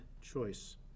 choice